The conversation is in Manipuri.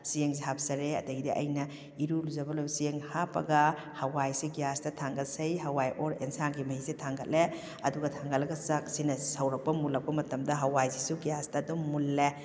ꯆꯦꯡꯁꯦ ꯍꯥꯞꯆꯔꯦ ꯑꯗꯒꯤꯗꯤ ꯑꯩꯅ ꯏꯔꯨ ꯂꯨꯖꯕ ꯂꯣꯏꯕꯒ ꯆꯦꯡ ꯍꯥꯞꯄꯒ ꯍꯋꯥꯏꯁꯦ ꯒ꯭ꯌꯥꯁꯇ ꯊꯥꯡꯒꯠꯆꯩ ꯍꯋꯥꯏ ꯑꯣꯔ ꯑꯦꯟꯁꯥꯡꯒꯤ ꯃꯍꯤꯁꯦ ꯊꯥꯡꯒꯠꯂꯦ ꯑꯗꯨꯒ ꯊꯪꯒꯠꯂꯒ ꯆꯥꯛꯁꯤꯅ ꯁꯧꯔꯛꯄ ꯃꯨꯟꯂꯛꯄ ꯃꯇꯝꯗ ꯍꯋꯥꯏꯁꯤꯁꯨ ꯒ꯭ꯌꯥꯁꯇ ꯑꯗꯨꯝ ꯃꯨꯟꯂꯦ